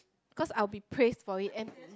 cause I will be praised for it and